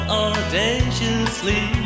audaciously